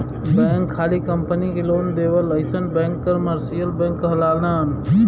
bank खाली company के loan देवलन अइसन बैंक कमर्सियल बैंक कहलालन